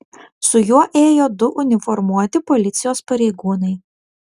su juo ėjo du uniformuoti policijos pareigūnai